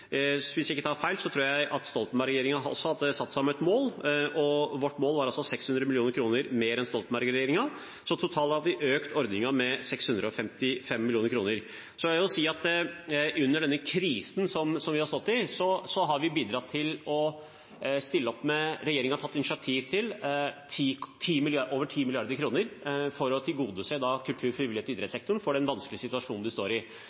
Hvis jeg ikke tar feil, tror jeg Stoltenberg-regjeringen også hadde satt seg et mål, og vårt mål var altså på 600 mill. kr mer enn Stoltenberg-regjeringens, så totalt har vi økt ordningen med 655 mill. kr. Så vil jeg si at under denne krisen som vi har stått i, har regjeringen tatt initiativ til å stille opp med over 10 mrd. kr for å tilgodese kultur-, frivillighet- og idrettssektoren i den vanskelige situasjonen de står i.